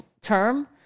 term